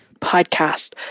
podcast